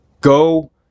Go